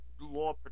law